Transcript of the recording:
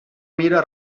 mira